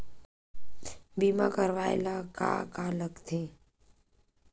बीमा करवाय ला का का लगथे?